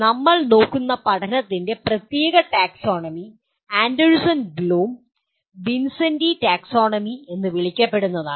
നമ്മൾ നോക്കുന്ന പഠനത്തിൻ്റെ പ്രത്യേക ടാക്സോണമി ആൻഡേഴ്സൺ ബ്ലൂം വിൻസെൻ്റി ടാക്സോണമി എന്ന് വിളിക്കപ്പെടുന്നതാണ്